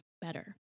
better